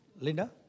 Linda